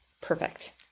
Perfect